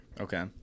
Okay